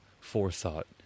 forethought